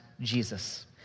Jesus